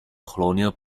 colonial